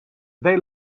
they